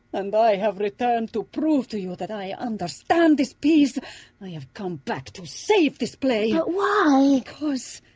and i have returned to prove to you that i understand this piece i have come back to save this play! but why? because,